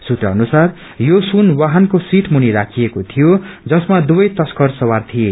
सूत्र अनुसार यो सून वाहनको सीट मुनी राखिएको थियो जसमा दुवै तश्कर सवार थिए